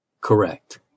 correct